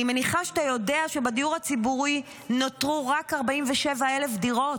אני מניחה שאתה יודע שבדיור הציבורי נותרו רק 47,000 דירות,